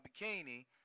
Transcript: bikini